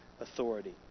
authority